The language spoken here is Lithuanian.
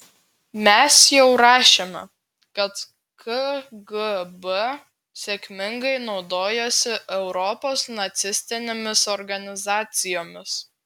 mes jau rašėme kad kgb sėkmingai naudojosi europos nacistinėmis organizacijomis